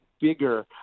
bigger